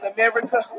America